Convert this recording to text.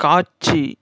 காட்சி